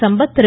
Sampath Thiru